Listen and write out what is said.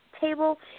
table